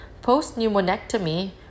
Post-pneumonectomy